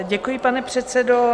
Děkuji, pane předsedo.